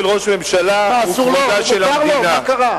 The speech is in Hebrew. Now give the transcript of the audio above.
כבודו של ראש הממשלה הוא כבודה של המדינה.